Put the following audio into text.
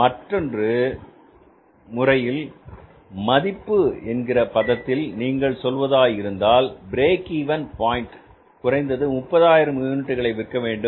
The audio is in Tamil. மற்றுமொரு முறையில் மதிப்பு என்கிற பதத்தில் நீங்கள் சொல்வதாய் இருந்தால் பிரேக் இவென் பாயின்ட் குறைந்தது 30000 யூனிட்டுகளை விற்க வேண்டும்